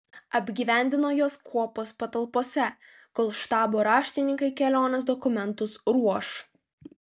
apgyvendino juos kuopos patalpose kol štabo raštininkai kelionės dokumentus ruoš